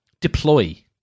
deploy